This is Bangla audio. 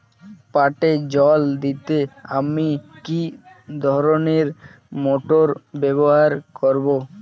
পাটে জল দিতে আমি কি ধরনের মোটর ব্যবহার করব?